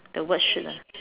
the word shoot lah